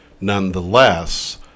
nonetheless